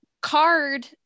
card